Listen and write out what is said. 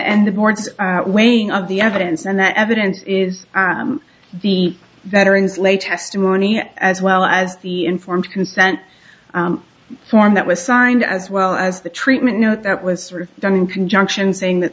and the board's weighing of the evidence and that evidence is the veterans lay testimony as well as the informed consent form that was signed as well as the treatment note that was sort of done in conjunction saying that